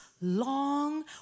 long